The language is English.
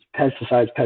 pesticides